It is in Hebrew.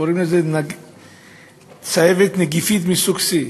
קוראים לה צהבת נגיפית מסוג C,